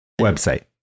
Website